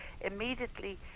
immediately